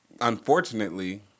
unfortunately